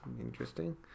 interesting